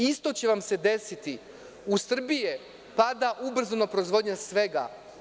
Isto će vam se desiti u Srbiji, jer pada ubrzano proizvodnja svega.